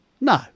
no